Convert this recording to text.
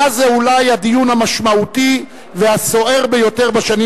היה זה אולי הדיון המשמעותי והסוער ביותר בשנים